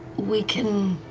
we can